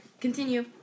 continue